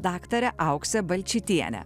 dr auksė balčytienė